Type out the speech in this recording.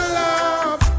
love